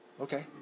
Okay